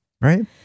Right